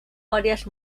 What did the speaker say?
varias